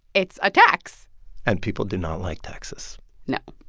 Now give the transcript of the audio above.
it's a tax and people do not like taxes no.